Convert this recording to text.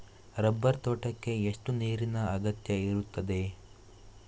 Rubber ತೋಟಕ್ಕೆ ಎಷ್ಟು ನೀರಿನ ಅಗತ್ಯ ಇರುತ್ತದೆ?